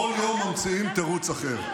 לא מפריעים, כל יום ממציאים תירוץ אחר: